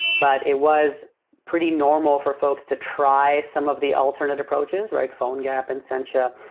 but it was pretty normal for folks to try some of the alternative approaches, right? phonegap and sentia.